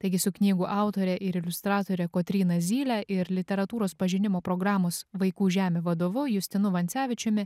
taigi su knygų autore ir iliustratore kotryna zyle ir literatūros pažinimo programos vaikų žemė vadovu justinu vancevičiumi